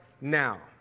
now